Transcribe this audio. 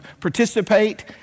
participate